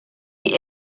die